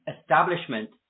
establishment